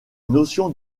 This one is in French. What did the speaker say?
notion